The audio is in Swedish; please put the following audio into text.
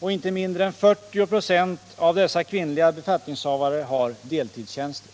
och inte mindre än 40 96 av dessa kvinnliga befattningshavare har deltidstjänster.